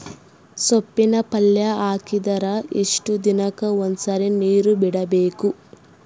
ಸೊಪ್ಪಿನ ಪಲ್ಯ ಹಾಕಿದರ ಎಷ್ಟು ದಿನಕ್ಕ ಒಂದ್ಸರಿ ನೀರು ಬಿಡಬೇಕು?